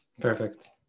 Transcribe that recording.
Perfect